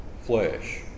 flesh